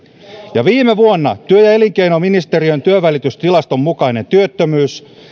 ja viime vuonna työ ja elinkeinoministeriön työnvälitystilaston mukainen työttömyys